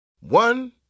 One